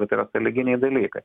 kad tai yra sąlyginiai dalykai